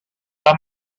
pas